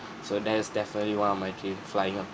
so that's definitely one of my dream flying a